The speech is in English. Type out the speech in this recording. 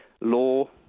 law